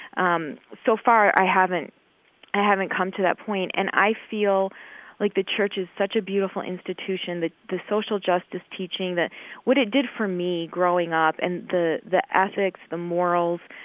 um so far, i haven't i haven't come to that point. and i feel like the church is such a beautiful institution the the social justice teaching, what it did for me growing up and the the ethics, the morals,